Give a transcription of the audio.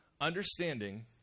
understanding